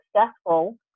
successful